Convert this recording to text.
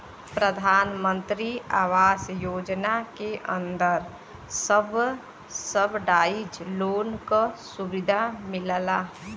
प्रधानमंत्री आवास योजना के अंदर सब्सिडाइज लोन क सुविधा मिलला